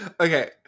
Okay